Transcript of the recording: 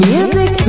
Music